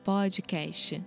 Podcast